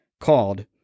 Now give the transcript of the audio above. called